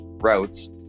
routes